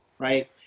Right